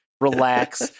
relax